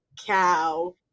cow